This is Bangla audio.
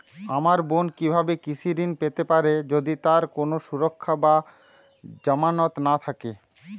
আমার বোন কীভাবে কৃষি ঋণ পেতে পারে যদি তার কোনো সুরক্ষা বা জামানত না থাকে?